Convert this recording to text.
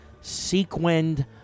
sequined